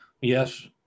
yes